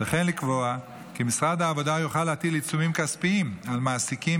וכן לקבוע כי משרד העבודה יוכל להטיל עיצומים כספיים על מעסיקים